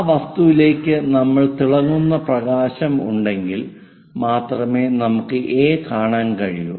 ആ വസ്തുവിലേക്ക് നമുക്ക് തിളങ്ങുന്ന പ്രകാശം ഉണ്ടെങ്കിൽ മാത്രമേ നമുക്ക് A കാണാൻ കഴിയൂ